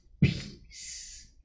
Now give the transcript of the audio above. peace